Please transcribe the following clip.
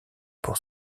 pour